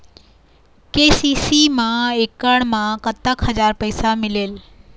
KCC मा एकड़ मा कतक हजार पैसा मिलेल?